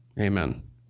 Amen